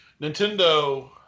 Nintendo